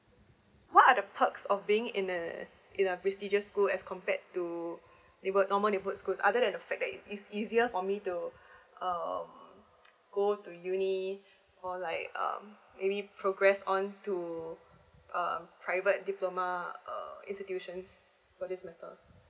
what are the perks of being in the in the prestigious school as compared to neighborhood normal neighborhood school other than the fact that it's easier for me to uh go to uni or like um maybe progress on to uh private diploma uh institutions for this matter